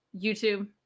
YouTube